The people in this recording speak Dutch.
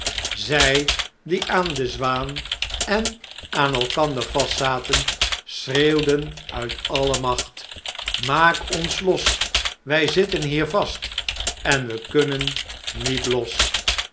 zij die aan de zwaan en aan elkander vastzaten schreeuwden uit alle magt maakt ons los wij zitten hier vast en we kunnen niet los